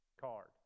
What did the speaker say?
card